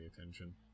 attention